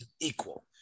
equal